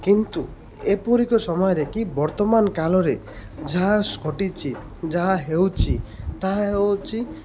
କିନ୍ତୁ ଏପରି ଏକ ସମୟରେ କି ବର୍ତ୍ତମାନ କାଳରେ ଯାହା ଘଟିଛି ଯାହା ହେଉଛି ତାହା ହେଉଛି